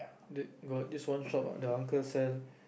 got this one shop ah the uncle sent